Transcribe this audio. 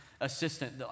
assistant